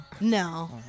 No